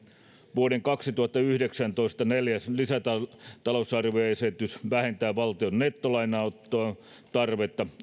vuoden kaksituhattayhdeksäntoista neljäs lisätalousarvioesitys vähentää valtion nettolainanoton tarvetta